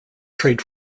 trade